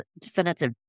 definitive